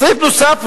סעיף נוסף,